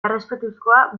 errespetuzkoa